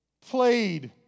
played